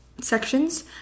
sections